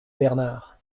bernard